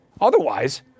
Otherwise